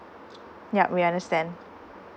yup we understand